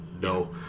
no